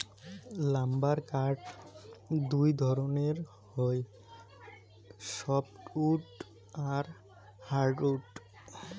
lumber কাঠ দুই ধরণের হই সফ্টউড আর হার্ডউড